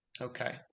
Okay